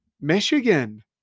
Michigan